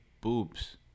boobs